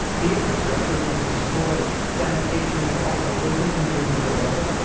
the infrastructure was destroyed. sanitation was awful. living conditions were awful.